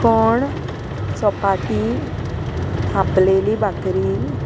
कोण चोपाटी थापलेली बाकरी